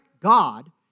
God